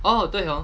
oh 对 hor